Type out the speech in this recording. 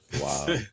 Wow